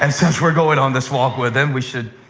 and since we're going on this walk with him, we should